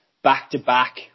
back-to-back